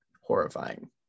horrifying